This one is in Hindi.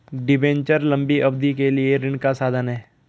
डिबेन्चर लंबी अवधि के लिए ऋण का साधन है